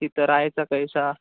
तिथं राहायचा कैसा